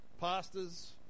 pastors